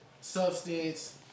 substance